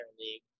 league